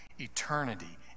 eternity